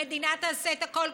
המדינה תעשה את הכול,